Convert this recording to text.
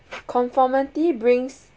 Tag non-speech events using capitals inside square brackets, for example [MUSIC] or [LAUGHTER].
[BREATH] conformity brings